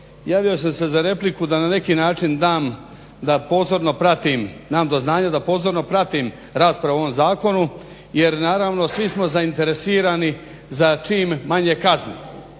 javio sam se za repliku da na neki način dam da pozorno pratim, dam do znanja da pozorno pratim raspravu o ovom zakonu jer naravno svi smo zainteresirani za čim manje kazni.